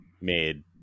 made